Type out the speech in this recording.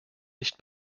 nicht